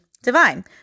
divine